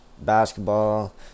basketball